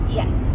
yes